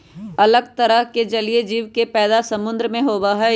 अलग तरह के जलीय जीव के पैदा समुद्र में होबा हई